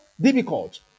difficult